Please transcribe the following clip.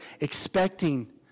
expecting